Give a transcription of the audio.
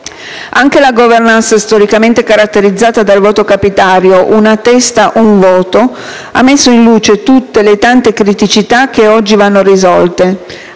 Anche la *governance* storicamente caratterizzata dal voto capitario, una testa un voto, ha messo in luce tutte le tante criticità che oggi vanno risolte,